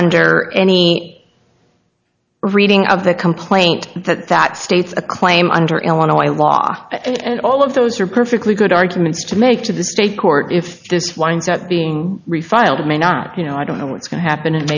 under any reading of the complaint that that states a claim under illinois law and all of those are perfectly good arguments to make to the state court if this winds up being refiled may not you know i don't know what's going to happen and